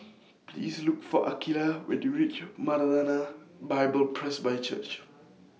Please Look For Akeelah when YOU REACH Maranatha Bible Presby Church